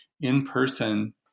in-person